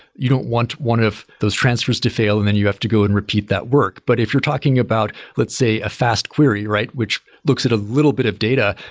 you don't want one of those transfers to fail and then you have to go and repeat that work. but if you're talking about, let's say a fast query, right, which looks at a little bit of data,